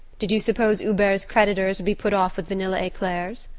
did you suppose hubert's creditors would be put off with vanilla eclairs?